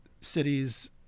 cities